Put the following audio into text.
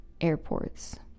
airports